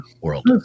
world